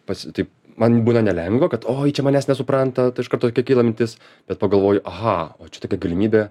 pats taip man būna nelengva kad oi čia manęs nesupranta tai iš karto tokia kyla mintis bet pagalvoju aha va čia tokia galimybė